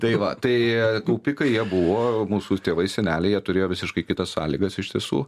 tai va tai kaupikai jie buvo mūsų tėvai seneliai jie turėjo visiškai kitas sąlygas iš tiesų